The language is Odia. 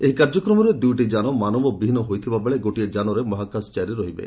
ଏହି କାର୍ଯ୍ୟକ୍ରମରେ ଦୁଇଟି ଯାନ ମାନବ ବିହୀନ ହୋଇଥିବା ବେଳେ ଗୋଟିଏ ଯାନରେ ମହାକାଶଚାରୀ ରହିବେ